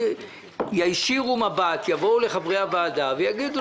שיישירו מבט, שיגידו: